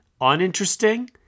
uninteresting